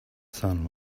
son